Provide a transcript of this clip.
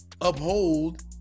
uphold